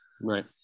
Right